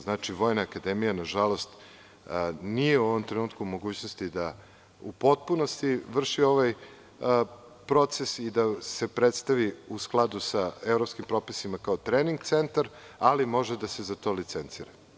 Znači, Vojna akademija, nažalost, nije u ovom trenutku u mogućnosti da u potpunosti vrši ovaj proces i da se predstavi u skladu sa evropskim propisima kao trening centar, ali može da se za to licencira.